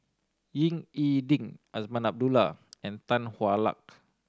Ying E Ding Azman Abdullah and Tan Hwa Luck